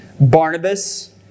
Barnabas